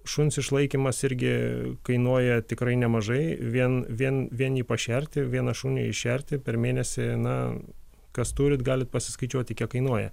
šuns išlaikymas irgi kainuoja tikrai nemažai vien vien vien jį pašerti vieną šunį iššerti per mėnesį na kas turit galit pasiskaičiuoti kiek kainuoja